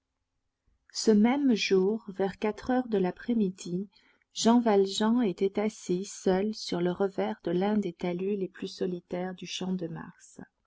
ce même jour vers quatre heures de l'après-midi jean valjean était assis seul sur le revers de l'un des talus les plus solitaires du champ de mars